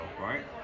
right